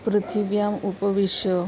पृथिव्याम् उपविश्य